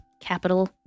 Capital